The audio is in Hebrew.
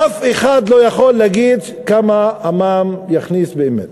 אף אחד לא יכול להגיד כמה המע"מ יכניס באמת,